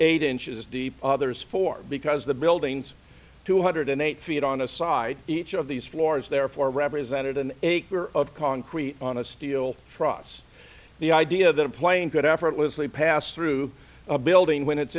eight inches deep others four because the buildings two hundred and eight feet on a side each of these floors therefore represented an acre of concrete on a steel truss the idea that a plane could effortlessly pass through a building when it's